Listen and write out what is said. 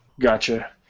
Gotcha